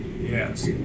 Yes